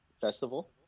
festival